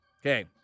Okay